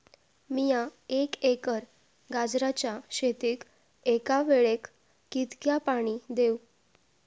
मीया एक एकर गाजराच्या शेतीक एका वेळेक कितक्या पाणी देव?